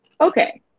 okay